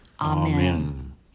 Amen